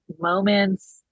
moments